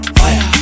fire